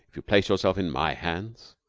if you place yourself in my hands.